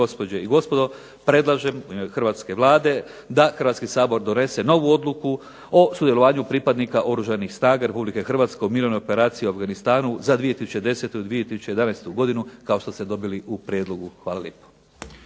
gospođe i gospodo, predlažem u ime Hrvatske vlade da Hrvatski sabor donese novu odluku o sudjelovanju pripadnika Oružanih snaga RH u mirovnoj operaciji u Afganistanu za 2010. i 2011. godinu kao što ste dobili u prijedlogu. Hvala